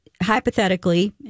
hypothetically